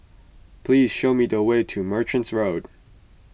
please show me the way to Merchant Road